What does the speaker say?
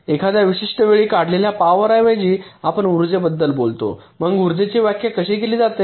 एखाद्या विशिष्ट वेळी काढलेल्या पॉवर ऐवजी आपण उर्जेबद्दल बोलतो मग उर्जेची व्याख्या कशी केली जाते